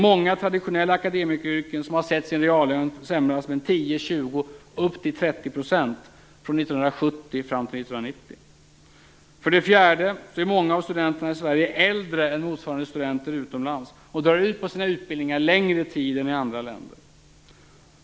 Många traditionella akademiker har sett sin reallön sänkt med För det fjärde är många av studenterna i Sverige äldre än studenter utomlands och drar ut på sina utbildningar längre tid än i andra länder.